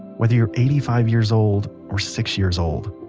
whether you're eighty five years old or six years old